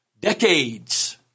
decades